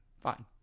Fine